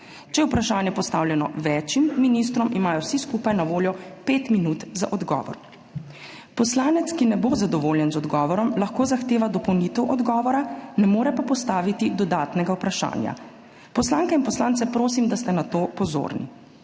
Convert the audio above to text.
Če je vprašanje postavljeno več ministrom, imajo vsi skupaj na voljo pet minut za odgovor. Poslanec, ki ne bo zadovoljen z odgovorom, lahko zahteva dopolnitev odgovora, ne more pa postaviti dodatnega vprašanja. Poslanke in poslance prosim, da ste na to pozorni.